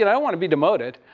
and i don't want to be demoted.